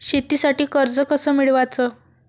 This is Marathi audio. शेतीसाठी कर्ज कस मिळवाच?